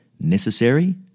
necessary